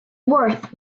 worth